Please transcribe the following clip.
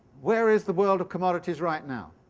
where is the world of commodities right now?